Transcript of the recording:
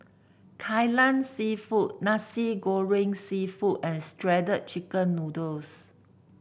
Kai Lan seafood Nasi Goreng seafood and Shredded Chicken Noodles